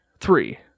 Three